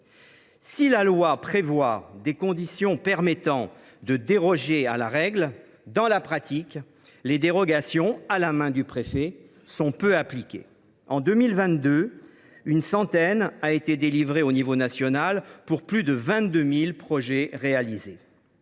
Si la loi prévoit des conditions permettant de déroger à la règle, dans la pratique, les dérogations – à la main du préfet – sont peu appliquées. En 2022, une centaine ont été délivrées au niveau national pour plus de 22 000 projets réalisés.